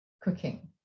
cooking